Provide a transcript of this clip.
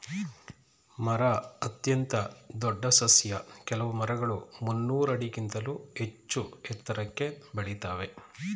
ಮರ ಅತ್ಯಂತ ದೊಡ್ ಸಸ್ಯ ಕೆಲ್ವು ಮರಗಳು ಮುನ್ನೂರ್ ಆಡಿಗಿಂತ್ಲೂ ಹೆಚ್ಚೂ ಎತ್ರಕ್ಕೆ ಬೆಳಿತಾವೇ